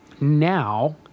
now